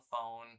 phone